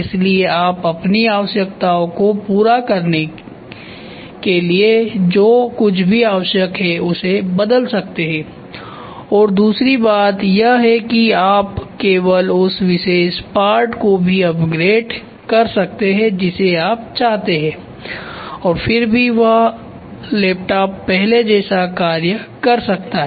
इसलिए आप अपनी आवश्यकताओं को पूरा करने के लिए जो कुछ भी आवश्यक है उसे बदल सकते हैं और दूसरी बात यह है कि आप केवल उस विशेष पार्ट को भी अपग्रेड कर सकते हैं जिसे आप चाहते हैं और फिर भी वह लैपटॉप पहले जैसा कार्य कर सकता है